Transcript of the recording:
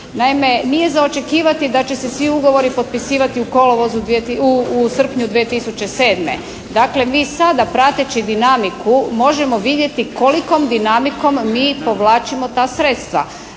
Naime, nije za očekivati da će se svi ugovori potpisivati u kolovozu, u srpnju 2007. Dakle mi sada prateći dinamiku možemo vidjeti kolikom dinamikom mi povlačimo ta sredstva.